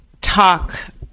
talk